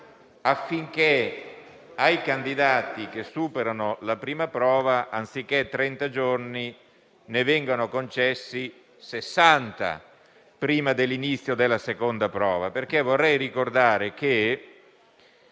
affinché ai candidati che superano la prima prova, anziché trenta giorni, ne vengano concessi sessanta, prima dell'inizio della seconda. Vorrei ricordare che